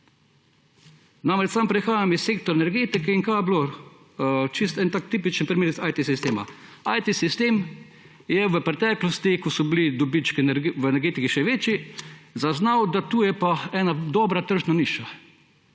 Sam prihajam iz sektorja energetike. Čisto en tak tipičen primer iz IT sistema. IT sistem je v preteklosti, ko so bili dobički v energetiki še večji, zaznal, da tu je pa ena dobra tržna niša.